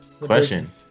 question